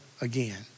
again